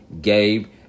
Gabe